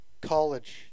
college